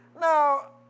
now